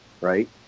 Right